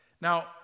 Now